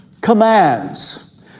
commands